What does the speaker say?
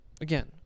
again